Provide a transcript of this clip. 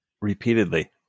repeatedly